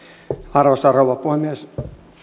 arvoisa rouva puhemies